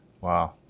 Wow